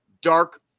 Dark